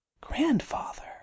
Grandfather